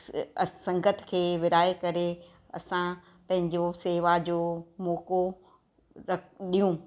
स संगत खे विराहे करे असां पंहिंजो शेवा जो मौक़ो रॾियूं